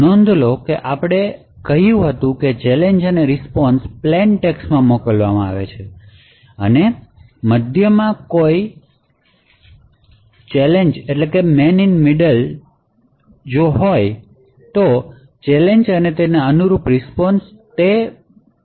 નોંધ લો કે આપણે કહ્યું હતું કે ચેલેંજ અને રીસ્પોન્શ પ્લેન ટેક્સ્ટ માં મોકલવામાં આવ્યો છે અને મધ્યમાં કોઈપણ માણસ ચેલેંજ અને અનુરૂપ રીસ્પોન્શ જોઈ શકે છે